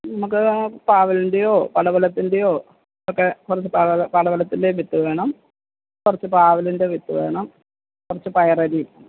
നമുക്ക് പാവലിന്റെയോ പടവലത്തിന്റെയോ ഒക്കെ കുറച്ച് പടവൽ പടവലത്തിന്റെ വിത്ത് വേണം കുറച്ച് പാവലിന്റെ വിത്ത് വേണം കുറച്ച് പയർ അരിയും